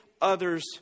others